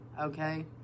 okay